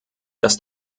dass